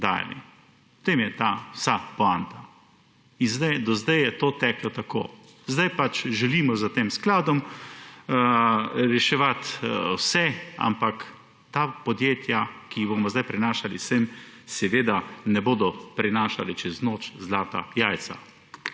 dajali? V tem je ta vsa poanta. In do zdaj je to teklo tako. Zdaj pač želimo s tem skladom reševati vse. Ampak ta podjetja, ki jih bomo zdaj prenašali sem, seveda ne bodo prinašala čez noč zlatih jajc,